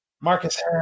Marcus